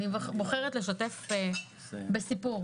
אני בוחרת לשתף בסיפור